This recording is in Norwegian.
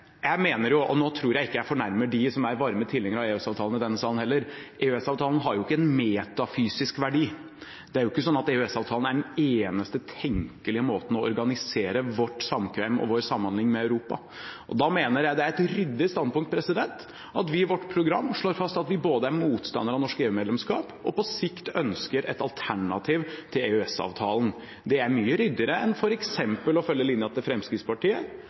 jeg mener jo, og nå tror jeg ikke jeg fornærmer dem som er varme tilhengere av EØS-avtalen i denne salen heller, at EØS-avtalen ikke har en metafysisk verdi. Det er jo ikke sånn at EØS-avtalen er den eneste tenkelige måten å organisere vårt samkvem og vår samhandling med Europa på. Da mener jeg det er et ryddig standpunkt at vi i vårt program slår fast at vi både er motstandere av norsk EU-medlemskap og på sikt ønsker et alternativ til EØS-avtalen. Det er mye ryddigere enn f.eks. å følge linjen til Fremskrittspartiet,